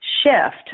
Shift